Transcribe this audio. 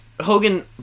Hogan